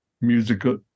musical